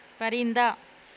پرندہ